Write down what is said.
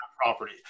Property